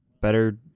Better